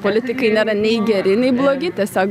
politikai nėra nei geri nei blogi tiesiog